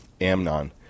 Amnon